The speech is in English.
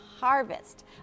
harvest